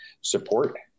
support